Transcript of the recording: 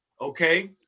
okay